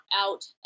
out